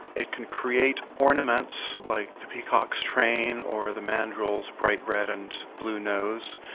it can create ornaments like the peacock's train or the mandrel's bright red and blue nose,